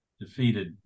defeated